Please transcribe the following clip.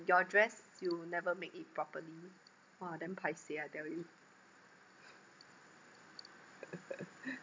your dress you never make it properly !wah! damn paiseh I tell you